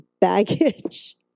baggage